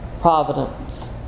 providence